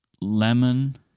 lemon